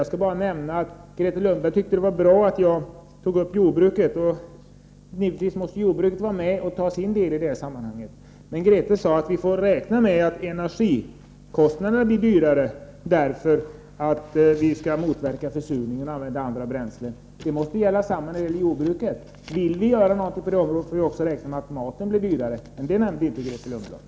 Jag skall bara nämna att Grethe Lundblad tyckte att det var bra att jag tog upp jordbruket. Jordbruket måste givetvis vara med och ta sin del i detta sammanhang. Grethe Lundblad sade att vi får räkna med att energikostnaderna blir högre därför att vi skall motverka försurningen och använda andra bränslen. Samma sak måste gälla för jordbruket — vill vi göra någonting på det området får vi också räkna med att maten blir dyrare. Men det nämnde inte Grethe Lundblad.